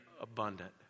abundant